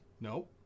No